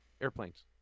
airplanes